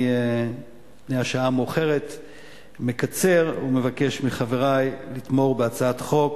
מפאת השעה המאוחרת אני מקצר ומבקש מחברי לתמוך בהצעת החוק